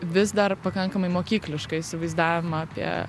vis dar pakankamai mokyjlišką įsivaizdavimą apie